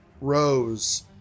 Rose